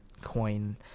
coin